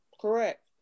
Correct